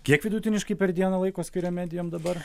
kiek vidutiniškai per dieną laiko skiriam medijom dabar